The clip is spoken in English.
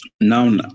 Now